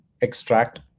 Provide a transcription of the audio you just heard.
extract